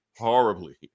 Horribly